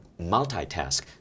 multitask